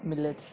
millets